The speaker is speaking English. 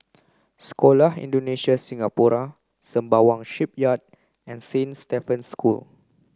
Sekolah Indonesia Singapura Sembawang Shipyard and Saint Stephen's School